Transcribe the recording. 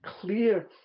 clear